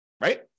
Right